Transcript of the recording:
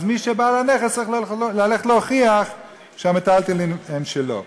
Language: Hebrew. אז מי שהוא בעל הנכס צריך ללכת להוכיח שהמיטלטלין הם שלו.